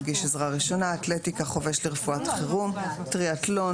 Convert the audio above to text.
+ אתלטיקה + טריאתלון